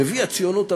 נביא הציונות המדינית,